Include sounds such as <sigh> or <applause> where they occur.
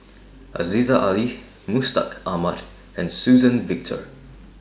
<noise> Aziza Ali Mustaq Ahmad and Suzann Victor